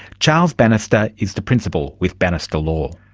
charles bannister is the principal with bannister law.